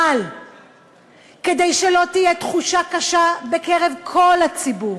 אבל כדי שלא תהיה תחושה קשה בקרב כל הציבור,